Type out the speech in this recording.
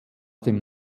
dem